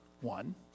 one